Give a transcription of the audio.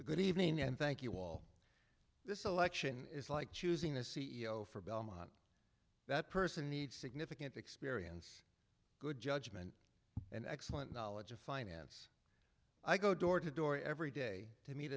evening and thank you all this election is like choosing the c e o for belmont that person needs significant experience good judgment and excellent knowledge of finance i go door to door every day to meet